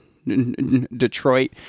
Detroit